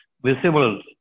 Visible